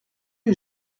les